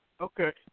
Okay